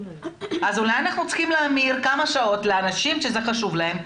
אולי אנחנו צריכים להמיר כמה שעות לאנשים שזה חשוב להם.